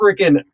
freaking